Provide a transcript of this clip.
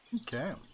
Okay